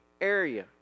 area